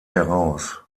heraus